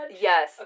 Yes